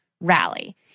rally